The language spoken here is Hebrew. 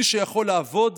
מי שיכול לעבוד